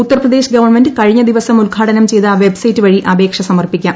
Uttar Pradesh government കഴിഞ്ഞ ദിവസം ഉദ്ഘാടനം ചെയ്ത വെബ്സൈറ്റ് വഴി അപേക്ഷ സമർപ്പിക്കാം